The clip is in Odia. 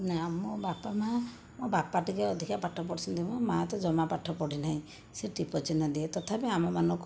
ନା ମୋ ବାପା ମା' ମୋ ବାପା ଟିକିଏ ଅଧିକା ପାଠ ପଢ଼ିଛନ୍ତି ମୋ ମା' ତ ଜମା ପାଠ ପଢ଼ିନାହିଁ ସେ ଟିପ ଚିହ୍ନ ଦିଏ ତଥାପି ଆମମାନଙ୍କୁ